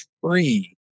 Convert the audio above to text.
free